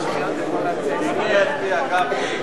הצבעה.